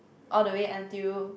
all the way until